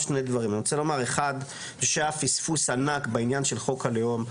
היה פספוס ענק בעניין של חוק הלאום.